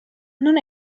non